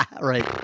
Right